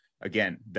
Again